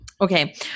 Okay